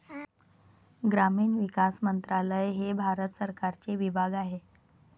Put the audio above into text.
ग्रामीण विकास मंत्रालय हे भारत सरकारचे विभाग आहे